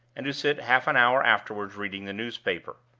and to sit half an hour afterward reading the newspaper.